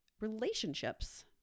Relationships